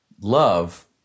Love